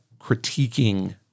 critiquing